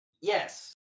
Yes